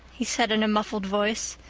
he said in a muffled voice.